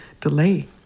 delay